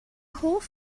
hoff